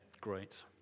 Great